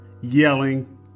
yelling